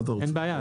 אין בעיה,